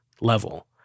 level